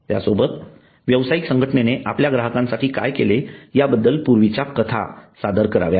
त्या सोबत व्यवसायिक संघटनेने आपल्या ग्राहकांसाठी काय केलेयाबद्दल पूर्वीच्या कथा सादर कराव्या